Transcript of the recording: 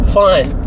fine